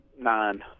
nine